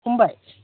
हमबाय